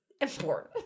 important